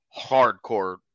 hardcore